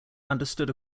understood